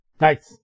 Nice